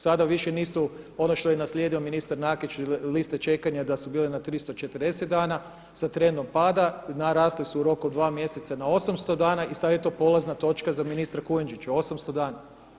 Sada više nisu ono što je naslijedio ministar Nakić liste čekanja da su bile na 340 dana sad trendom pada, narasle su u roku od dva mjeseca na 800 dana i sada je to polazna točka za ministra Kujundžića 800 dana.